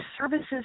services